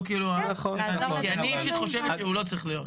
כי אני אישית חושבת שהוא לא צריך להיות.